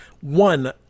One